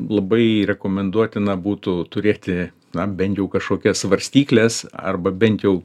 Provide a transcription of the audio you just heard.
labai rekomenduotina būtų turėti na bent jau kažkokias svarstykles arba bent jau